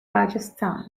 rajasthan